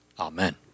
Amen